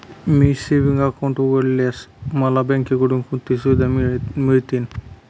मी savings account उघडल्यास मला बँकेकडून कोणत्या सुविधा मिळतील?